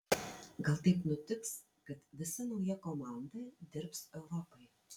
gal taip nutiks kad visa nauja komanda dirbs europai